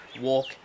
walk